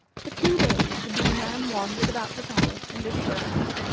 for two days the bee-man wandered about the palace and its grounds,